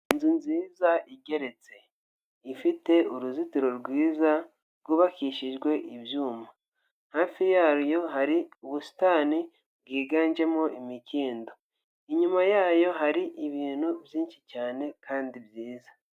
Inzu nziza igeretse ifite uruzitiro rwiza rwubakishijwe ibyuma, hafi yayo hari ubusitani bwiganjemo imikindo, inyuma yayo hari ibintu byinshi cyane kandi byiza.